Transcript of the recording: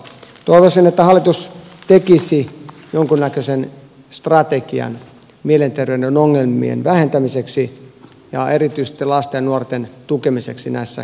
toivoisin että hallitus tekisi jonkunnäköisen strategian mielenterveyden ongelmien vähentämiseksi ja erityisesti lasten ja nuorten tukemiseksi näissä kipeissä kysymyksissä